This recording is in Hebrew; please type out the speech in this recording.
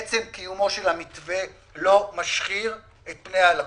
עצם קיומו של המתווה לא משחיר את פני הלקוח.